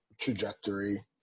trajectory